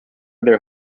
their